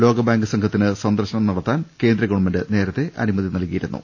ലോകബാങ്ക് സംഘത്തിന് സന്ദർശനം നടത്താൻ കേന്ദ്രഗ് വൺമെന്റ് നേരത്തേ അനുമതി നൽകിയിരുന്നു